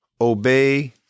obey